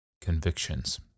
convictions